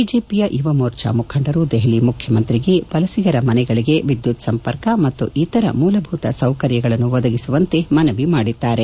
ಬಿಜೆಪಿಯ ಯುವ ಮೋರ್ಚಾ ಮುಖಂಡರು ದೆಪಲಿ ಮುಖ್ಯಮಂತ್ರಿಗೆ ವಲಿಸಿಗರ ಮನೆಗಳಿಗೆ ವಿದ್ಯುತ್ ಸಂಪರ್ಕ ಮತ್ತು ಇತರ ಮೂಲಭೂತ ಸೌಕರ್ಯಗಳನ್ನು ಒದಗಿಸುವಂತೆ ಮನವಿ ಮಾಡಿದ್ದಾರೆ